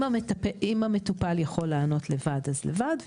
אם המטופל יכול לענות לבד, אז לבד.